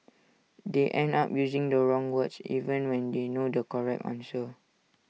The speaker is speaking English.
they end up using the wrong words even when they know the correct answer